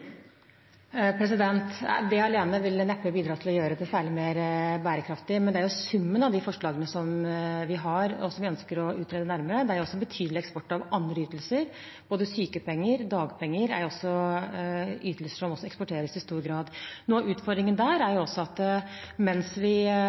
alene vil neppe bidra til å gjøre det særlig mer bærekraftig, men det er summen av de forslagene vi har, og som vi ønsker å utrede nærmere. Det er også en betydelig eksport av andre ytelser – både sykepenger og dagpenger er jo ytelser som også eksporteres i stor grad. Noe av utfordringen der er